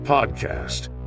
Podcast